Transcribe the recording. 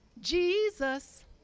Jesus